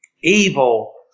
Evil